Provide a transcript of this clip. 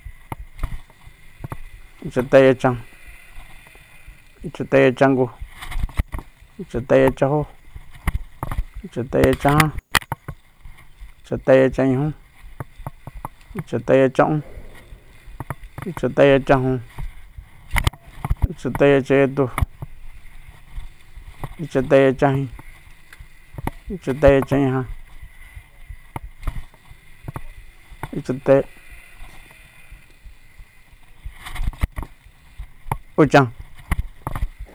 Ichateyachan ichateyachangu ichateyachanjó ichateyachajan ichateyachanñujú ichateyacha'ún ichateyachajun ichateyachanyatu ichateyachanjin ichateyachanñaja uchan